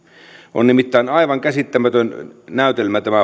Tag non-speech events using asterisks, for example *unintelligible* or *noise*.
on nimittäin aivan käsittämätön näytelmä tämä *unintelligible*